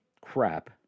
crap